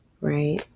right